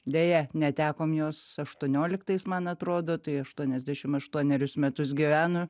deja netekom jos aštuonioliktais man atrodo tai aštuoniasdešim aštuonerius metus gyveno